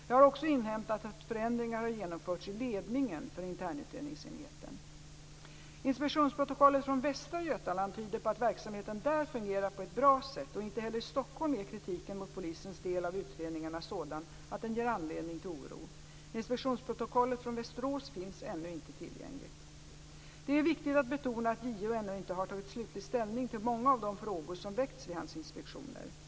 Jag har också inhämtat att förändringar har genomförts i ledningen för internutredningsenheten. Inspektionsprotokollet från Västra Götaland tyder på att verksamheten där fungerar på ett bra sätt och inte heller i Stockholm är kritiken mot polisens del av utredningarna sådan att den ger anledning till oro. Inspektionsprotokollet från Västerås finns ännu inte tillgängligt. Det är viktigt att betona att JO ännu inte har tagit slutlig ställning till många av de frågor som väckts vid hans inspektioner.